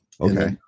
Okay